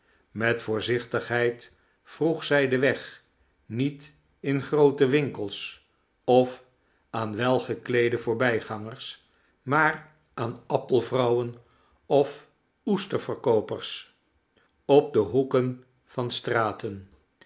met voorzichtigheid vroeg zij den weg niet in groote winkels of aan welgekleede voorbijgangers maar aan appelvrouwen of oesterverkoopers op de hoeken van straten